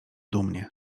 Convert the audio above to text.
dumnie